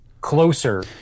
closer